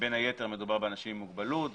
בין היתר מדובר באנשים עם מוגבלות,